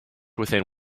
within